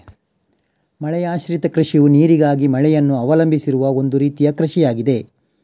ಮಳೆಯಾಶ್ರಿತ ಕೃಷಿಯು ನೀರಿಗಾಗಿ ಮಳೆಯನ್ನು ಅವಲಂಬಿಸಿರುವ ಒಂದು ರೀತಿಯ ಕೃಷಿಯಾಗಿದೆ